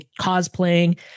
cosplaying